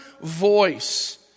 voice